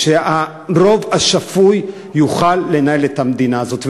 שהרוב השפוי יוכל לנהל את המדינה הזאת,